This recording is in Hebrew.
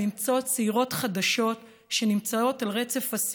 מודעות שנמצאות באתרי